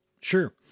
Sure